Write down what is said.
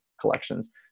collections